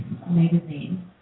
magazine